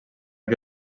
que